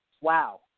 Wow